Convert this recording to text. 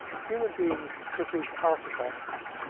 human beings produce artefacts,